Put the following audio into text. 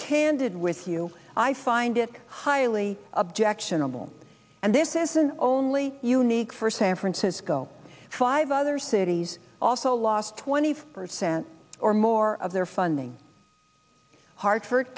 candid with you i find it highly objectionable and this isn't only unique for san francisco five other cities also lost twenty five percent or more of their funding hartford